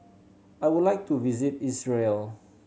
I would like to visit Israel